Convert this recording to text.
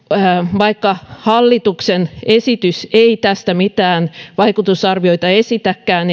vaikka hallituksen esitys ei tästä mitään vaikutusarvioita esitäkään